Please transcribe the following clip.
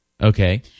Okay